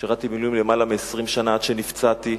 שירתתי במילואים למעלה מ-20 שנה, עד שנפצעתי,